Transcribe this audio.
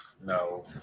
No